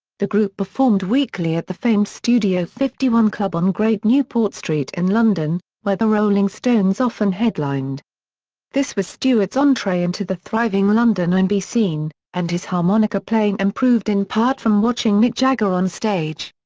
the group performed weekly at the famed studio fifty one club on great newport street in london, where the rolling stones often headlined this was stewart's entree into the thriving london r and b scene, and his harmonica playing improved in part from watching mick jagger on stage.